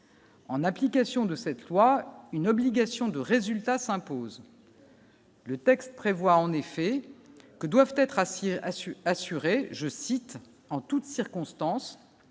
En application de cette loi, une obligation de résultat s'impose. Le texte prévoit en effet que doivent être assis a su assurer, je cite, en toutes circonstances